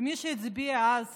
מי שהצביע אז